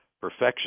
perfection